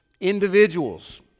individuals